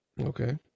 Okay